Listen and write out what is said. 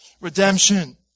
redemption